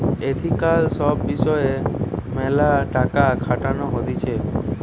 ethical সব বিষয় মেলে টাকা খাটানো হতিছে